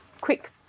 quick